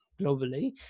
globally